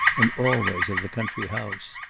and always of the country house.